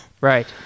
Right